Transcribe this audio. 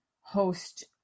host